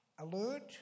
alert